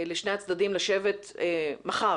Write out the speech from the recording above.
לשני הצדדים לשבת מחר,